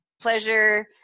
Pleasure